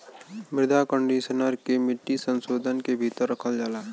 मृदा कंडीशनर के मिट्टी संशोधन के भीतर रखल जाला